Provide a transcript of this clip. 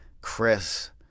Chris